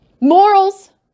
morals